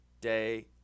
day